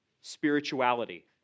spirituality